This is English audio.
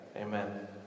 Amen